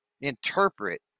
interpret